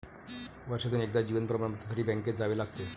वर्षातून एकदा जीवन प्रमाणपत्रासाठी बँकेत जावे लागते